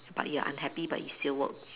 but you're unhappy but you still work